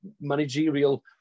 managerial